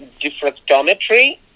diffractometry